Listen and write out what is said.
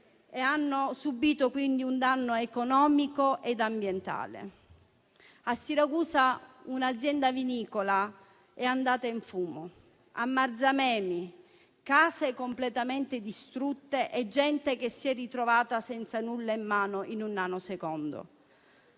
I danni, quindi, subiti sono economici e ambientali. A Siracusa un'azienda vinicola è andata in fumo; a Marzamemi case completamente distrutte e gente che si è ritrovata senza nulla in mano in un nanosecondo.